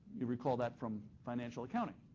you recall that from financial accounting.